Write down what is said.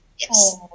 Yes